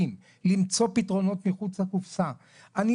כשאני